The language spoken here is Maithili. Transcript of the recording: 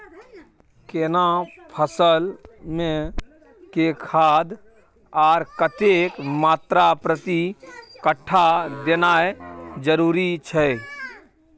केना फसल मे के खाद आर कतेक मात्रा प्रति कट्ठा देनाय जरूरी छै?